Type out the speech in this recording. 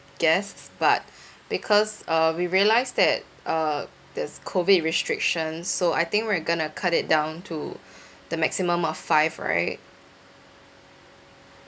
guests but because uh we realised that uh there's COVID restrictions so I think we're going to cut it down to the maximum of five right